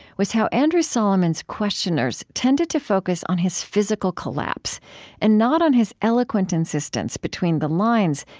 was how andrew solomon's questioners tended to focus on his physical collapse and not on his eloquent insistence, between the lines,